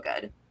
good